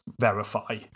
verify